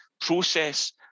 process